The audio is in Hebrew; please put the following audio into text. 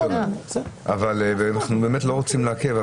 אנחנו באמת לא רוצים לעכב,